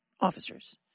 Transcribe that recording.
officers